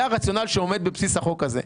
זה הרציונל שעומד בבסיס החוק הזה.